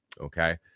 Okay